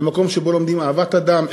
הם מקום שבו לומדים אהבת אדם,